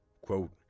Quote